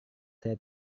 saya